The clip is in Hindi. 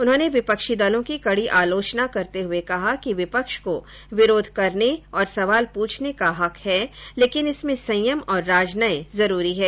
उन्होंने विपक्षी दलों की कड़ी आलोचना करते हुए कहा कि विपक्ष को विरोध करने और सवाल पूछने का हक है लेकिन इसमें संयम और राजनय जरूरी है